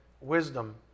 wisdom